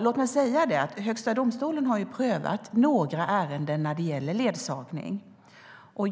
Låt mig säga att Högsta domstolen har prövat några ärenden när det gäller ledsagning, och